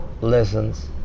lessons